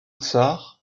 tsar